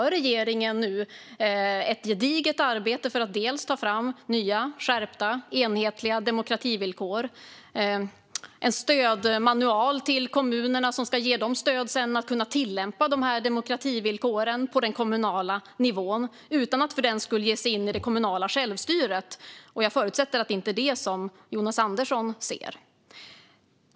Regeringen gör nu ett gediget arbete med att ta fram dels nya, skärpta, enhetliga demokrativillkor, dels en stödmanual till kommunerna för tillämpningen av demokrativillkoren på kommunal nivå. Det gör vi utan att för den skull ge oss in i det kommunala självstyret, och jag förutsätter att det inte är det som Jonas Andersson vill.